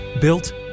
Built